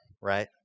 right